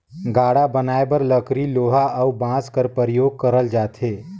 गाड़ा बनाए बर लकरी लोहा अउ बाँस कर परियोग करल जाथे